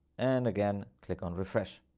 and again, click on refresh.